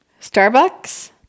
Starbucks